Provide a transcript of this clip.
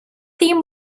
theme